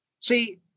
See